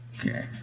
Okay